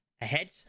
ahead